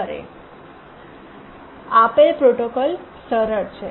આપેલ પ્રોટોકોલ સરળ છે